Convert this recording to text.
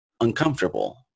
uncomfortable